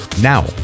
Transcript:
now